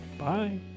Bye